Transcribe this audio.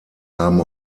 haben